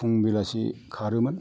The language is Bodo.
फुं बेलासि खारोमोन